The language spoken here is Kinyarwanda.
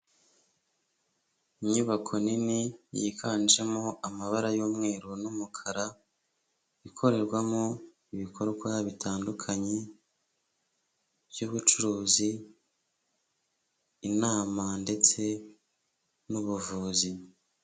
Inyubako nini yiganjemo amabara y'umweru n'umukara, ikorerwamo ibikorwa bitandukanye by'ubucuruzi, inama, ndetse n'ubuvuzi.